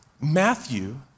Matthew